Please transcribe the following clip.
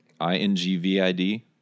I-N-G-V-I-D